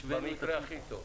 במקרה הכי טוב.